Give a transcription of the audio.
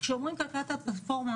כשאומרים כלכלת פלטפורמה,